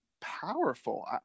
powerful